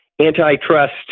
antitrust